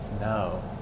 No